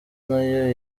nayo